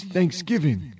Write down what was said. Thanksgiving